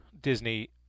Disney